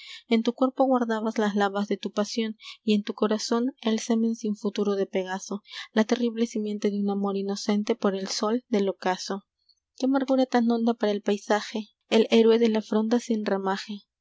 en tu cuerpo guardabas las lavas de tu pasión y en tu corazón el semen sin futuro de pegaso la terrible simiente de un amor inocente por el sol del ocaso qué amargura tan honda para el paisaje el héroe de la fronda sin ramaje